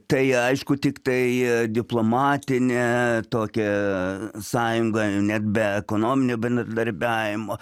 tai aišku tiktai diplomatinė tokia sąjunga ne be ekonominio bendradarbiavimo